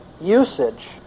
usage